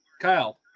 Kyle